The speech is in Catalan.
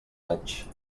anys